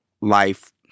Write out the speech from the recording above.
life